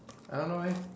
I don't know eh